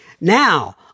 Now